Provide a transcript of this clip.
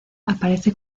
aparece